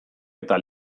eta